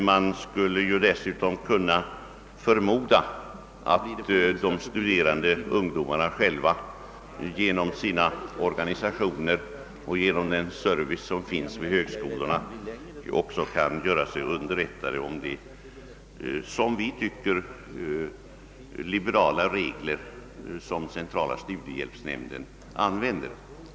Man skulle dessutom kunna förmoda att de studerande ungdomarna själva genom sina organisationer och genom den service som finns vid högskolorna borde göra sig underrättade om de, som jag tycker, liberala regler som centrala studiehjälpsnämnden tillämpar.